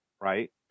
right